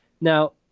now